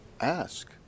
Ask